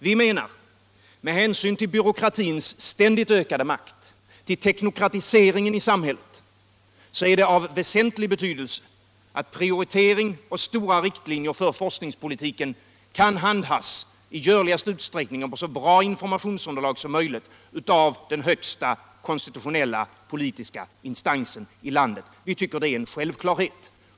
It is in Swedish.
Vi menar att det med hänsyn till byråkratins ständigt ökade makt och till teknokratiseringen i samhället är av väsentlig betydelse, att prioritering inom och stora riktlinjer för forskningspolitiken kan handhas i görligaste utsträckning på så bra informationsunderlag som möjligt av den högsta konstitutionella politiska instansen i landet. Vi tycker att det är en självklarhet.